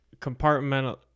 compartmental